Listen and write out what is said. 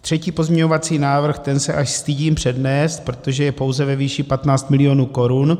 Třetí pozměňovací návrh se až stydím přednést, protože je pouze ve výši 15 mil. korun.